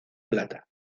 plata